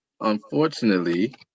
Unfortunately